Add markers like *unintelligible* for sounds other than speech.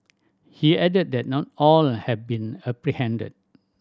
he added that not all *unintelligible* have been apprehended